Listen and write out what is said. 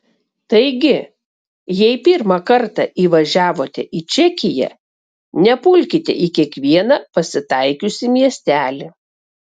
taigi jei pirmą kartą įvažiavote į čekiją nepulkite į kiekvieną pasitaikiusį miestelį